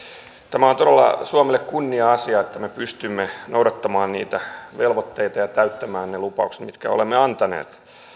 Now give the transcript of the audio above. tämä on todella suomelle kunnia asia että me pystymme noudattamaan niitä velvoitteita ja täyttämään ne lupaukset mitkä olemme antaneet